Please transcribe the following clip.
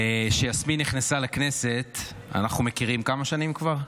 כשיסמין נכנסה לכנסת, אנחנו מכירים כמה שנים כבר?